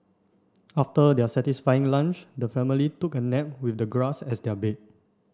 after their satisfying lunch the family took a nap with the grass as their bed